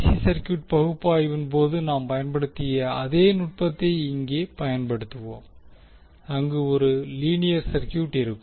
C circuit பகுப்பாய்வின் போது நாம் பயன்படுத்திய அதே நுட்பத்தை இங்கே பயன்படுத்துவோம் அங்கு ஒரு லீனியர் சர்கியூட் இருக்கும்